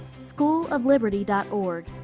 SchoolofLiberty.org